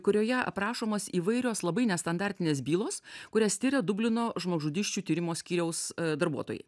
kurioje aprašomos įvairios labai nestandartinės bylos kurias tiria dublino žmogžudysčių tyrimo skyriaus darbuotojai